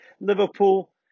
Liverpool